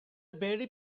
very